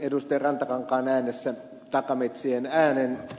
rantakankaan äänessä takametsien äänen